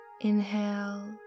Inhale